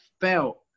felt